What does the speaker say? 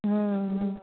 હં હં